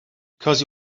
because